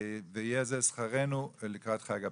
ויהיה זה שכרנו לקראת חג הפסח.